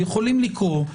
יכולים לקרוא,